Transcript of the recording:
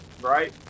right